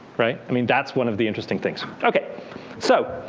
right. i mean that's one of the interesting things. so